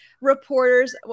reporters